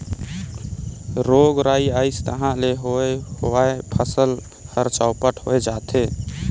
रोग राई अइस तहां ले होए हुवाए फसल हर चैपट होए जाथे